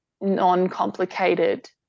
non-complicated